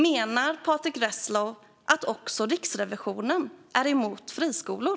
Menar Patrick Reslow att också Riksrevisionen är emot friskolor?